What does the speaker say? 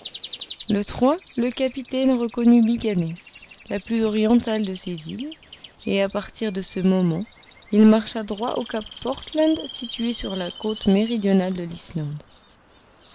le le capitaine reconnut myganness la plus orientale de ces îles et à partir de ce moment il marcha droit au cap portland situé sur la côte méridionale de l'islande